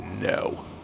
no